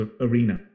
arena